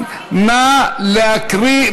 נא להקריא,